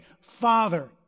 Father